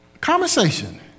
conversation